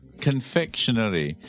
confectionery